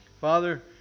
father